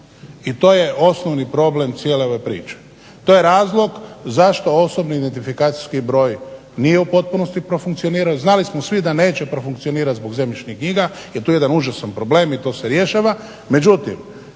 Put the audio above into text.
i to je osnovni problem cijele ove priče. To je razlog zašto osobni identifikacijski broj nije u potpunosti profunkcionirao i znali smo svi da neće profunkcionirat zbog zemljišnih knjiga jer to je jedan užasan problem i to se rješava.